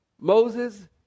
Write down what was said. Moses